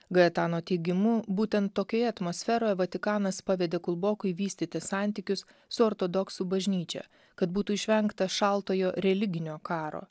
gajetano teigimu būtent tokioje atmosferoje vatikanas pavedė kulbokui vystyti santykius su ortodoksų bažnyčia kad būtų išvengta šaltojo religinio karo